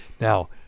now